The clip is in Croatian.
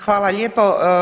Hvala lijepo.